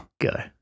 Go